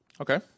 Okay